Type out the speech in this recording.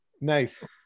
nice